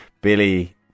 Billy